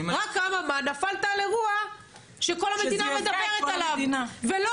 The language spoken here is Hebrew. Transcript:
רק מה נפלת על אירוע שכל המדינה מדברת עליו ולא